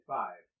five